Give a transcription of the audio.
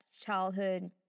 childhood